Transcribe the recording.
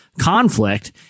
conflict